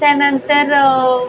त्यानंतर